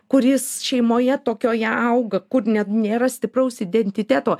kuris šeimoje tokioje auga kur net nėra stipraus identiteto